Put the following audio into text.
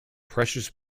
precious